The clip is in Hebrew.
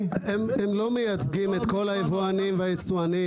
הם לא מייצגים את כל היבואנים והיצואנים.